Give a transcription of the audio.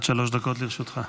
עד שלוש דקות לרשותך.